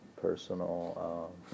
personal